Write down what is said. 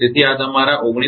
તેથી આ તમારા 19